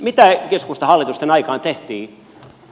mitä keskustan hallitusten aikaan tehtiin